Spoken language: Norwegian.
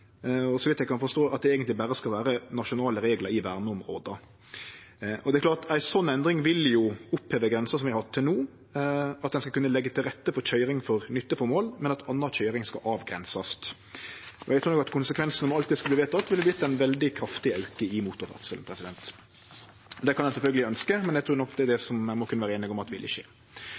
og, så vidt eg kan forstå, at det eigentleg berre skal vere nasjonale reglar i verneområda. Ei slik endring vil oppheve grensa vi har hatt til no, at ein skal leggje til rette for køyring for nytteformål, men at anna køyring skal avgrensast. Eg trur at konsekvensen om dette skulle verte vedteke, vil vere ein veldig kraftig auke i motorferdsel. Det kan ein sjølvsagt ønskje, men eg trur nok det er det som ein må kunne vere einig om at ville skje.